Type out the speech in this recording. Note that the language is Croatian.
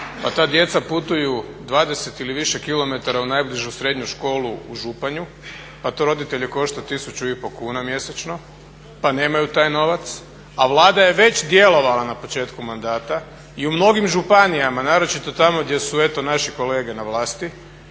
a ta djeca putuju 20 ili više kilometara u najbližu srednju školu u Županju a to roditelje košta 1500 kuna mjesečno pa nemaju taj novac a Vlada je već djelovala na početku mandata. I u mnogim županijama, naročito tamo gdje su eto naši kolege na vlasti,